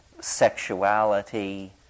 sexuality